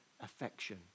affection